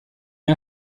est